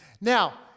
Now